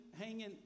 hanging